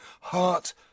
heart